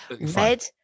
Red